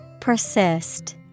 Persist